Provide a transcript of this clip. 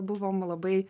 buvom labai